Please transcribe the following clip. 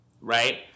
right